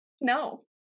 No